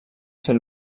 ser